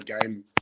game